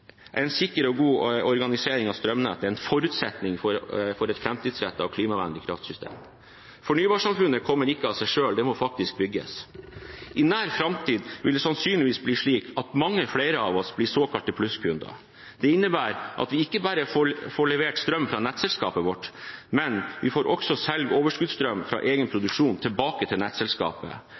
en sikker og god organisering av strømnettet en forutsetning for et framtidsrettet og klimavennlig kraftsystem. Fornybarsamfunnet kommer ikke av seg selv – det må faktisk bygges. I nær framtid vil det sannsynligvis bli slik at mange flere av oss blir såkalte plusskunder. Det innebærer at vi ikke bare får levert strøm av nettselskapet vårt, men at vi også kan selge overskuddsstrøm fra egen produksjon tilbake til nettselskapet.